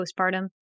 postpartum